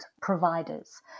providers